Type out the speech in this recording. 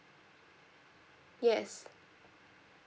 yes